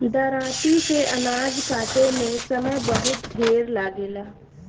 दराँती से अनाज काटे में समय बहुत ढेर लागेला